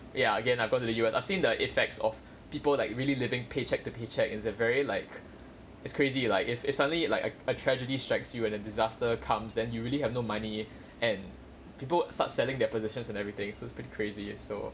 ya again I got to the real I've seen the effects of people like really living paycheck to paycheck is a very like it's crazy lah like if if suddenly like a tragedy strikes you when a disaster comes then you really have no money and people start selling their possessions and everything so it's pretty crazy so